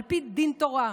על פי דין תורה.